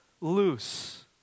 loose